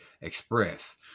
express